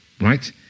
right